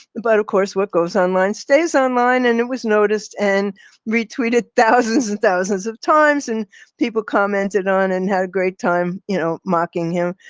but of course, what goes online stays online, and it was noticed and retweeted thousands and thousands of times. and people commented on and had a great time, you know, mocking him.